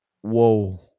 whoa